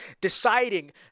deciding